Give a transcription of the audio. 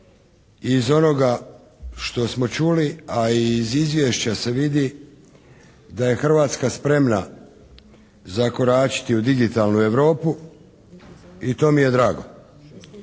iz onoga što smo čuli, a i iz izvješća se vidi da je Hrvatska spremna zakoračiti u digitalnu Europu i to mi je drago.